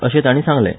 अशें तांणी सांगलें